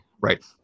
right